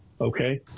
Okay